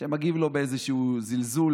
שמגיב לו באיזשהו זלזול